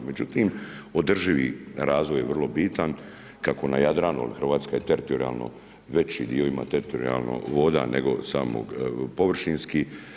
Međutim, održivi razvoj je vrlo bitan kako na Jadranu jer Hrvatska je teritorijalno veći dio ima teritorijalnih voda nego samo površinski.